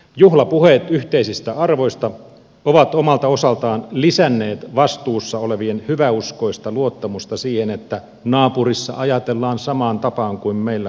juhlapuheet yhteisistä arvoista ovat omalta osaltaan lisänneet vastuussa olevien hyväuskoista luottamusta siihen että naapurissa ajatellaan samaan tapaan kuin meillä kotona